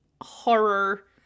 horror